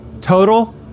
Total